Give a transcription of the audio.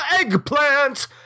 eggplant